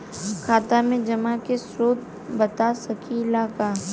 खाता में जमा के स्रोत बता सकी ला का?